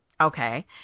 Okay